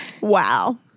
Wow